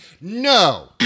No